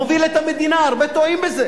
מוביל את המדינה, הרבה טועים בזה,